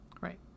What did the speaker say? Right